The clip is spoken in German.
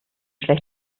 ein